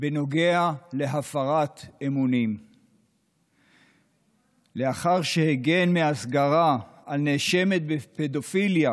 בנוגע להפרת אמונים לאחר שהגן מהסגרה על נאשמת בפדופיליה